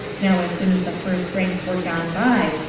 now as soon as the first ranks were gone by,